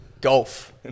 Golf